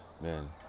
man